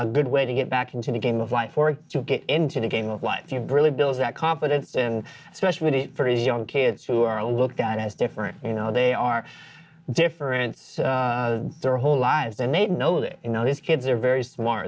a good way to get back into the game of life or to get into the game of life you really builds that confidence and especially the young kids who are looked at as different you know they are different their whole lives and they know that you know these kids are very smart